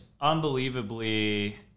unbelievably